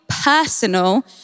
personal